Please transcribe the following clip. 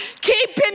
keeping